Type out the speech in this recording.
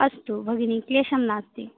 अस्तु भगिनि क्लेशः नास्ति